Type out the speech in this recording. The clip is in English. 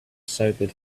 sobered